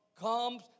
comes